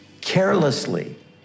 carelessly